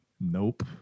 Nope